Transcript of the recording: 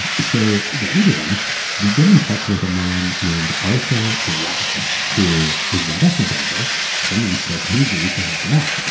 and so the eight of them get in touch with a man named arthur rock, who was an investment banker from the east coast. he agrees to help them out. and